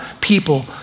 people